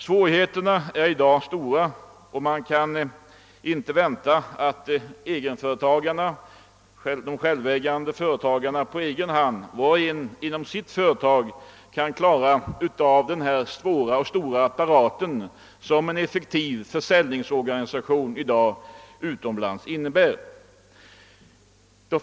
Svårigheterna är i dag stora och man kan inte vänta att de självägande företagarna på egen hand, var och en inom sitt företag, skall kunna klara av den svåra och stora apparat som en ef fektiv försäljningsorganisation utomlands i dag innebär.